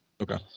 Okay